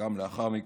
וגם לאחר מכן,